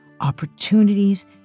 opportunities